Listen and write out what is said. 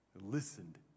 listened